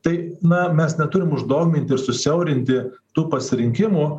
tai na mes neturim uždogminti ir susiaurinti tų pasirinkimų